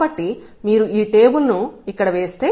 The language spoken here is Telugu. కాబట్టి మీరు ఈ టేబుల్ను ఇక్కడ వేస్తే